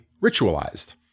ritualized